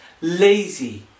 lazy